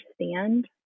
understand